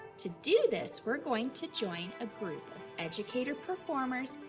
to do this, we're going to join a group educator performers,